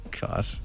God